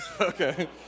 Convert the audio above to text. Okay